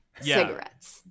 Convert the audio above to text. cigarettes